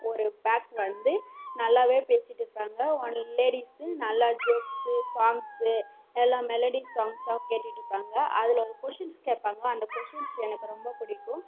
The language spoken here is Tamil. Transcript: ஒரு பேக் வந்து நல்லாவே பேசிகிட்டு இருப்பாங்க ஒன் லேடிஸு நல்லா ஜோக்ஸு சாங்ஸு எல்லா மெலடி சாங்ஸ்ஸாக கேட்டுட்டிருப்பாங்க அதில் ஒரு கொஷின்ஸ் கேட்பாங்க அந்த கொஷின்ஸ் எனக்கு ரொம்ப பிடிக்கும்